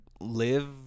live